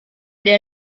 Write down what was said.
der